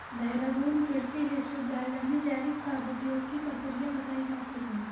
देहरादून कृषि विश्वविद्यालय में जैविक खाद उपयोग की प्रक्रिया बताई जाती है